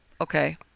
Okay